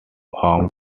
home